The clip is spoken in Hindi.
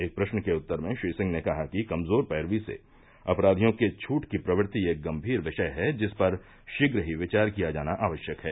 एक प्रश्न के उत्तर में श्री सिंह ने कहा कि कमजोर पैरवी से अपराधियों के छूट की प्रवत्ति एक गम्मीर विषय है जिस पर शीघ्र ही विचार किया जाना आवश्यक है